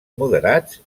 moderats